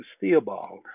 Theobald